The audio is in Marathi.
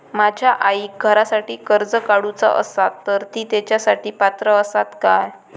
माझ्या आईक घरासाठी कर्ज काढूचा असा तर ती तेच्यासाठी पात्र असात काय?